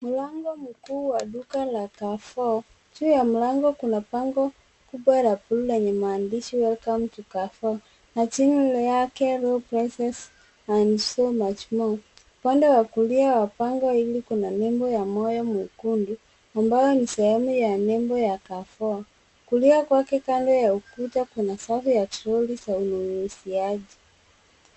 Mlango mkuu wa duka la Carrefour. Juu ya mlango kuna bango kubwa la buluu lenye maandishi welcome to Carrefour na chini yake low process and so much more .Upande wa kulia wa bango hili kuna nembo ya moyo mwekundu ambayo ni sehemu ya nembo ya Carrefour. Kulia kwake kando ya ukuta kuna safu ya troli ya ununuziaji.